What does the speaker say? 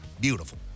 beautiful